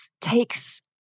takes